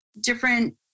different